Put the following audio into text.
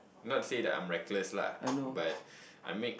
not say that I'm reckless lah but I make